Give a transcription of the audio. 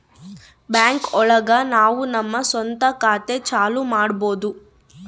bank ಒಳಗ ನಾವು ನಮ್ ಸ್ವಂತ ಖಾತೆ ಚಾಲೂ ಮಾಡ್ಬೋದು